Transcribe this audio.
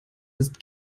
ist